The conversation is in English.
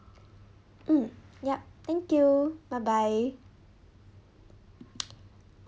mm yup thank you bye bye